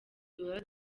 duhora